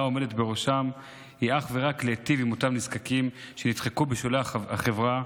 העומדת בראשם היא אך ורק להיטיב עם אותם נזקקים שנדחקו לשולי החברה,